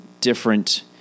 different